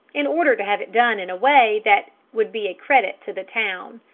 in order to have it done in a way that would be a credit to the town.